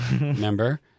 remember